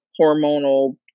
hormonal